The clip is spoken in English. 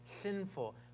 sinful